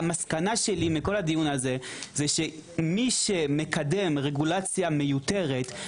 המסקנה שלי מכל הדיון הזה היא שמי שמקדם רגולציה מיותרת,